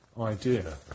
idea